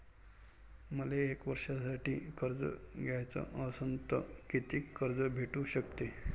मले एक वर्षासाठी कर्ज घ्याचं असनं त कितीक कर्ज भेटू शकते?